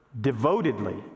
devotedly